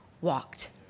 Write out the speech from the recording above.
walked